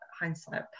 hindsight